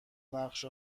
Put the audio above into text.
نقشه